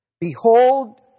Behold